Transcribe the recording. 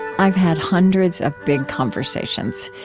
i've had hundreds of big conversations,